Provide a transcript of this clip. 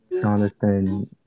Jonathan